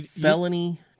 felony